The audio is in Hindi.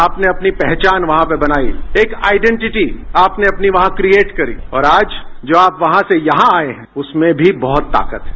आपने अपनी पहचान वहां पर बनाई एक आइडेंटिटी आपने अपनी वहां क्रिएट करी और आज जो आप वहां से यहां आए हैं उसमें भी बहुत ताकत है